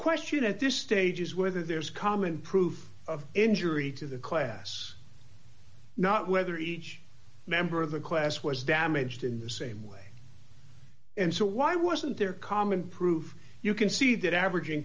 question at this stage is whether there's common proof of injury to the class not whether each member of the class was damaged in the same way and so why wasn't there common proof you can see that averaging